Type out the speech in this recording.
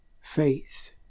faith